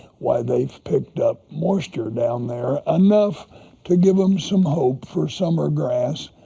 why, they have picked up moisture down there, enough to give them some hope for summer grass.